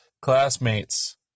classmates